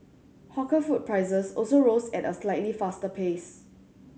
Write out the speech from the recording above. hawker food prices also rose at a slightly faster pace